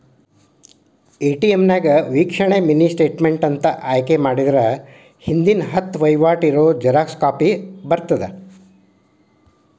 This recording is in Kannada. ಎ.ಟಿ.ಎಂ ನ್ಯಾಗ ವೇಕ್ಷಣೆ ಮಿನಿ ಸ್ಟೇಟ್ಮೆಂಟ್ ಅಂತ ಆಯ್ಕೆ ಮಾಡಿದ್ರ ಹಿಂದಿನ ಹತ್ತ ವಹಿವಾಟ್ ಇರೋ ಜೆರಾಕ್ಸ್ ಕಾಪಿ ಬರತ್ತಾ